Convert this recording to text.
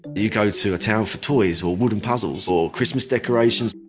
you go to a town for toys or wooden puzzles, or christmas decorations.